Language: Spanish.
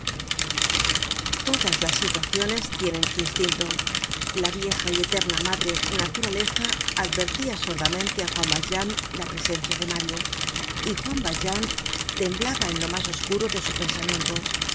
todas las situaciones tienen su instinto la vieja y eterna madre naturaleza advertia sordamente á juan valjean la presencia de mario y juan valjean temblaba en lo mas oscuro de su pensamiento